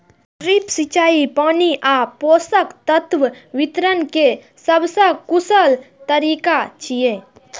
drip सिंचाई पानि आ पोषक तत्व वितरण के सबसं कुशल तरीका छियै